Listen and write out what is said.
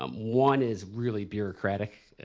um one is really bureaucratic.